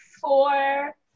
four